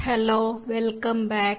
hello welcome back